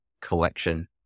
collection